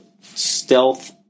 stealth